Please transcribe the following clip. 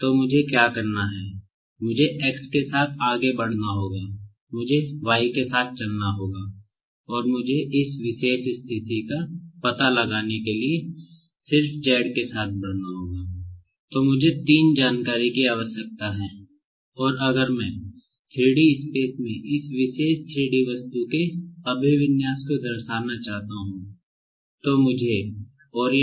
तो मुझे तीन और जानकारी चाहिए